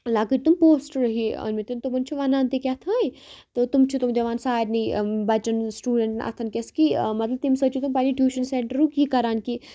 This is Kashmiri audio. لَکٕٹۍ تم پوسٹَر ہِی أنمٕتٮ۪ن تٕمَن چھِ وَنان تہِ کہتانۍ تہٕ تم چھِ تم دِوان سارنی بَچَن سٹوٗڈَنٹَن اَتھَن کیٚتھ کہِ مطلب تمہِ سۭتۍ چھِ تِم پَنٛنہِ ٹیوٗشَن سٮ۪نٹرُک یہِ کَران کہِ